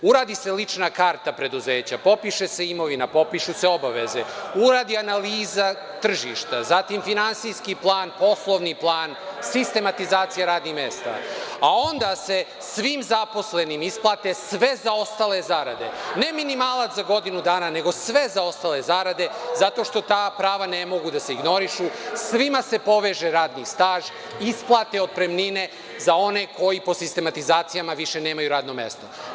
Uradi se lična karta preduzeća, popiše se imovina, popišu se obaveze, uradi analiza tržišta, zatim finansijski plan, poslovni plan, sistematizacija radnih mesta, a onda se svim zaposlenima isplate sve zaostale zarade, ne minimalac za godinu dana, nego sve zaostale zarade, zato što ta prava ne mogu da se ignorišu, svima se poveže radni staž, isplate otpremnine za one koji po sistematizacijama više nemaju radno mesto.